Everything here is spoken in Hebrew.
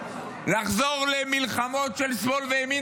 לחזור למלחמות של שמאל וימין.